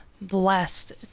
blessed